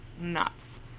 nuts